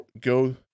go